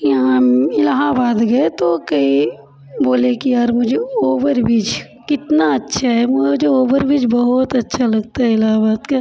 यहाँ इलाहाबाद गए तो कई बोले कि यार मुझे ओवरब्रिज कितना अच्छा है वहाँ जो ओवरब्रिज बहुत अच्छा लगता है इलाहाबाद का